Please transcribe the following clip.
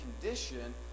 condition